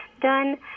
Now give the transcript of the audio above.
done